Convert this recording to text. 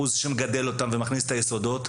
הוא זה שמגדל אותם ומכניס את היסודות.